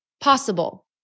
possible